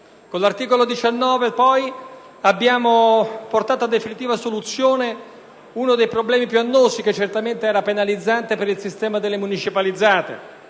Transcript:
Con l'articolo 19 abbiamo portato a definitiva soluzione uno dei problemi più annosi, che era penalizzante per il sistema delle municipalizzate.